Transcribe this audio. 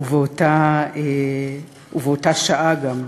ובאותה שעה גם.